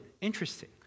Interesting